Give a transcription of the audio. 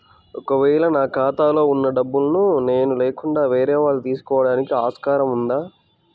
ఒక వేళ నా ఖాతాలో వున్న డబ్బులను నేను లేకుండా వేరే వాళ్ళు తీసుకోవడానికి ఆస్కారం ఉందా?